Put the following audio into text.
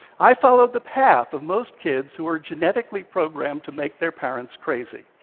i followed the path of most kids who are genetically programmed to make their parents crazy.